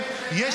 לא מאמינים לך.